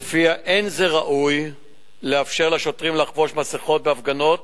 שלפיה אין זה ראוי לאפשר לשוטרים לחבוש מסכות בהפגנות